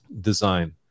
design